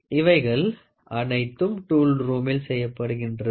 இவைகள் அனைத்தும் டூல் ரூமில் செய்யப்படுகின்றது